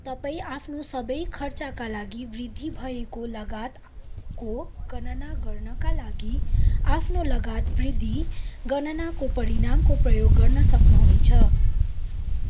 तपाईँ आफ्नो सबै खर्चका लागि वृद्धि भएको लगातको गणना गर्नाका लागि आफ्नो लगात वृद्धि गणनाको परिणामको प्रयोग गर्न सक्नुहुनेछ